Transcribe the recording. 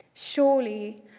Surely